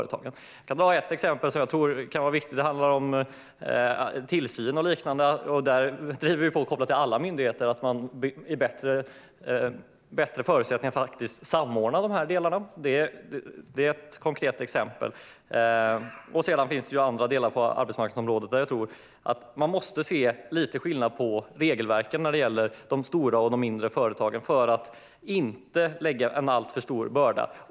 Ett konkret exempel är tillsynen. Här driver vi på, kopplat till alla myndigheter, för bättre förutsättningar att samordna dessa delar. Det finns delar av arbetsmarknadsområdet där man måste se lite skillnad på regelverken när det gäller stora och mindre företag för att inte lägga på de mindre en alltför stor börda.